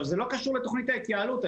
עכשיו זה לא קשור לתוכנית ההתייעלות,